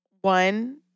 one